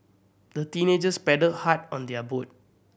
the teenagers paddled hard on their boat